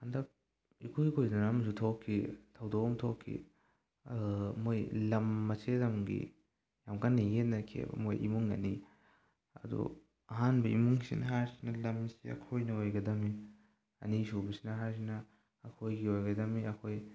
ꯍꯟꯗꯛ ꯏꯀꯨꯏ ꯀꯨꯏꯗꯅ ꯑꯃꯁꯨ ꯊꯣꯛꯈꯤ ꯊꯧꯗꯣꯛ ꯑꯃ ꯊꯣꯛꯈꯤ ꯃꯣꯏ ꯂꯝ ꯃꯆꯦꯠ ꯑꯃꯒꯤ ꯌꯥꯝ ꯀꯟꯅ ꯌꯦꯠꯅꯈꯤꯌꯦꯕ ꯃꯣꯏ ꯏꯃꯨꯡ ꯑꯅꯤ ꯑꯗꯨ ꯑꯍꯥꯟꯕ ꯏꯃꯨꯡꯁꯤꯅ ꯍꯥꯏꯔꯤꯁꯤꯅ ꯂꯝꯁꯤ ꯑꯩꯈꯣꯏꯅ ꯑꯣꯏꯒꯗꯝꯅꯤ ꯑꯅꯤꯁꯨꯕꯁꯤꯅ ꯍꯥꯏꯔꯤꯁꯤꯅ ꯑꯩꯈꯣꯏꯒꯤ ꯑꯣꯏꯒꯗꯝꯅꯤ ꯑꯩꯈꯣꯏ